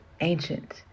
ancient